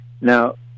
Now